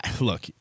look